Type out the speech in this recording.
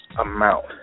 amount